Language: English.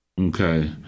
Okay